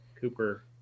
Cooper